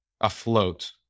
afloat